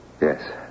yes